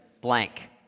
blank